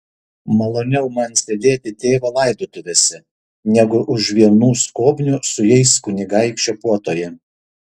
maloniau man sėdėti tėvo laidotuvėse negu už vienų skobnių su jais kunigaikščio puotoje